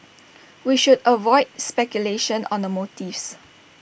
we should avoid speculation on the motives